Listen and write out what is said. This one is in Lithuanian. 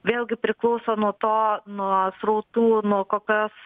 vėlgi priklauso nuo to nuo srautų nuo kokios